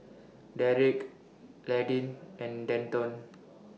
Derick Landin and Denton